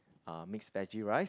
uh mixed veggie rice